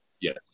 Yes